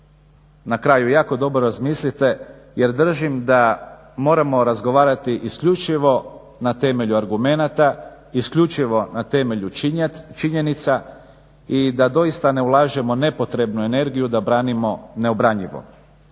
na kraju jako dobro razmislite jer držim da moramo razgovarati isključivo na temelju argumenata, isključivo na temelju činjenica i da dosita ne ulažemo nepotrebnu energiju da branimo neobranjivo.